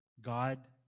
God